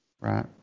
Right